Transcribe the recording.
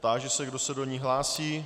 Táži se, kdo se do ní hlásí.